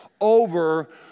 over